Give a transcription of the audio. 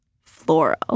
Floral